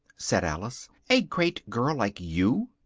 said alice, a great girl like you,